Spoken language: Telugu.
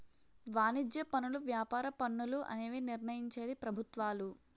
వాణిజ్య పనులు వ్యాపార పన్నులు అనేవి నిర్ణయించేది ప్రభుత్వాలు